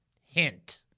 Hint